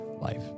Life